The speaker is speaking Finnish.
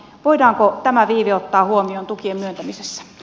voidaanko tämä viive ottaa huomioon tukien myöntämisessä